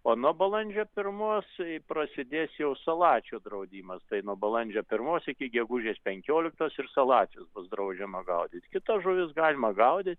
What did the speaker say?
o nuo balandžio pirmos prasidės jau salačių draudimas tai nuo balandžio pirmos iki gegužės penkioliktos ir salačius bus draudžiama gaudyt kitas žuvis galima gaudyt